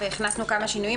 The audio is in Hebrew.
והכנסנו כמה שינויים,